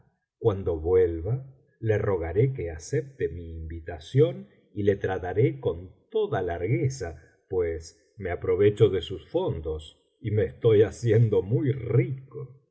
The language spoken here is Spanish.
cuando vuelva le rogaré que acepte mi invitación y le trataré con toda largueza pues me aprovecho de sus fondos yme estoy haciendo muy rico y